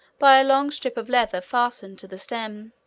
by a long strip of leather fastened to the stem.